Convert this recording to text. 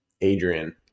Adrian